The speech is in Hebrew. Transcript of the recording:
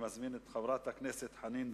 של מדיניות